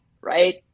right